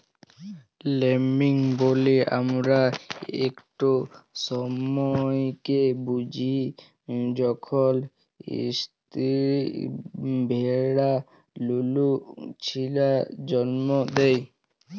lambing ব্যলে আমরা ইকট সময়কে বুঝি যখল ইস্তিরি ভেড়া লুলু ছিলা জল্ম দেয়